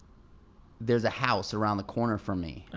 there's a house around the corner from me.